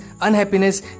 unhappiness